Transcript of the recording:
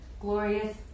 glorious